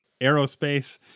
aerospace